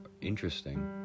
interesting